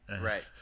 Right